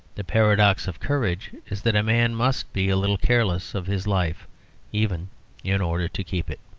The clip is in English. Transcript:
the paradox of courage is that a man must be a little careless of his life even in order to keep it.